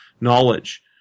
knowledge